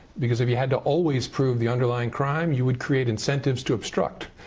because if you had to always prove the underlying crime, you would create incentives to obstruct,